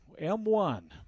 M1